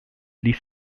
ließ